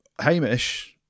Hamish